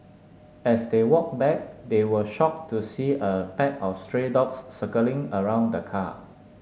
as they walked back they were shocked to see a pack of stray dogs circling around the car